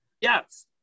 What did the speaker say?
Yes